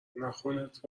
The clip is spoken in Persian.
ناخنت